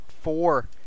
four